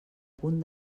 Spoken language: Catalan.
punt